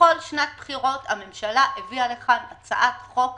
בכל שנת בחירות הממשלה הביאה לכאן הצעת חוק